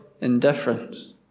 indifference